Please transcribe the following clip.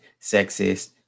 sexist